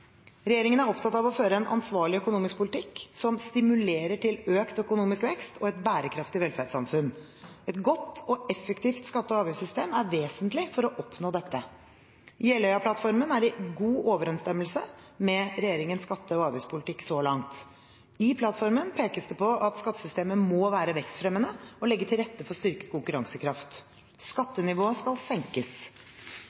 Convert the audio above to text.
Regjeringen er opptatt av å føre en ansvarlig økonomisk politikk som stimulerer til økt økonomisk vekst og et bærekraftig velferdssamfunn. Et godt og effektivt skatte- og avgiftssystem er vesentlig for å oppnå dette. Jeløya-plattformen er i god overenstemmelse med regjeringens skatte- og avgiftspolitikk så langt. I plattformen pekes det på at skattesystemet må være vekstfremmende og legge til rette for styrket konkurransekraft.